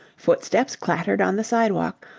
footsteps clattered on the sidewalk,